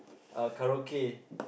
uh karaoke